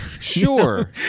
sure